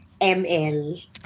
ML